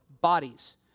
bodies